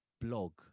blog